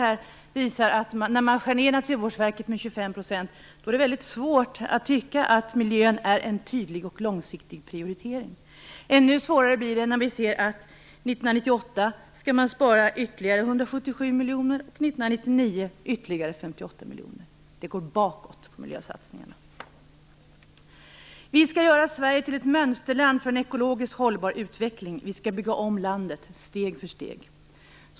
När man sker ned anslagen till Naturvårdsverket med 25 % är det väldigt svårt att tycka att miljön är en tydlig och långsiktig prioritering. Ännu svårare blir det när vi ser att man 1998 skall spara ytterligare 177 miljoner kronor och 1999 ytterligare 58 miljoner kronor. Det går bakåt med miljösatsningarna. Vi skall göra Sverige till ett mönsterland för en ekologisk hållbar utveckling. Vi skall bygga om landet steg för steg.